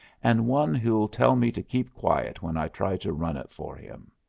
and one who'll tell me to keep quiet when i try to run it for him.